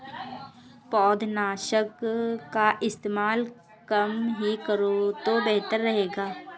पौधनाशक का इस्तेमाल कम ही करो तो बेहतर रहेगा